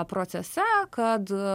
procese kad